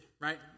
right